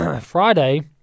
Friday